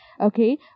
okay